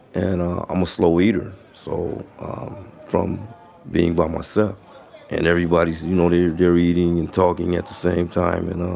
and um i'm a slow eater, so from being by myself and everybody's you know, ah they're eating and talking at the same time and, um,